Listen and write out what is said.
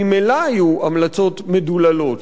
שממילא היו המלצות מדוללות,